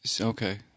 okay